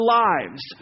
lives